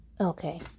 Okay